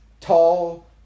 tall